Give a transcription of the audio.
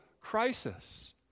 crisis